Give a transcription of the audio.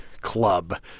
club